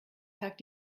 tag